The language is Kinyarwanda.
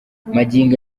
magingo